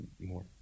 more